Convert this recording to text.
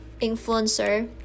influencer